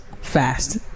fast